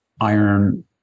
iron